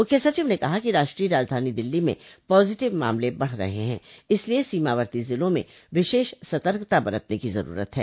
मुख्य सचिव ने कहा कि राष्ट्रीय राजधानी दिल्ली में पॉजिटिव मामले बढ़ रहे हैं इसलिये सीमावर्ती जिलों में विशेष सर्तकता बरतने की जरूरत है